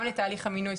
גם לתהליך המינוי,